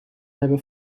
hebben